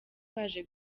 baje